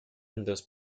dos